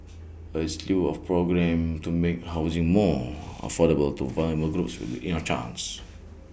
A slew of programmes to make housing more affordable to vulnerable groups will be A chance